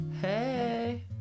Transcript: Hey